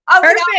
Perfect